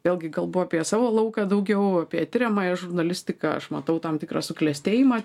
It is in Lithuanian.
vėlgi kalbu apie savo lauką daugiau apie tiriamąją žurnalistiką aš matau tam tikrą suklestėjimą